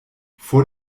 vor